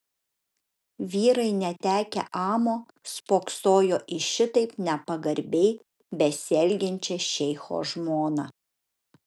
vyrai netekę amo spoksojo į šitaip nepagarbiai besielgiančią šeicho žmoną